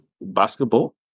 basketball